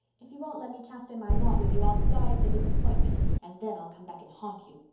if you won't let me cast in my lot with you i'll die of the disappointment and then i'll come back and haunt you.